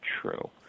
true